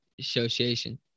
association